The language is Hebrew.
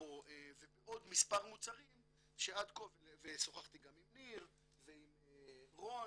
ובעוד מספר מוצרים שעד כה שוחחתי גם עם ניר ועם רון,